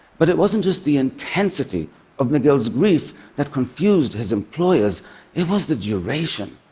but it wasn't just the intensity of miguel's grief that confused his employers it was the duration.